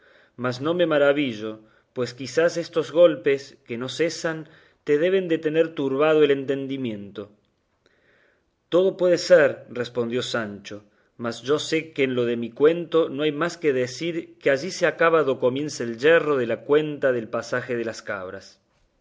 mas no me maravillo pues quizá estos golpes que no cesan te deben de tener turbado el entendimiento todo puede ser respondió sancho mas yo sé que en lo de mi cuento no hay más que decir que allí se acaba do comienza el yerro de la cuenta del pasaje de las cabras